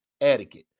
etiquette